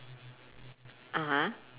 (uh huh)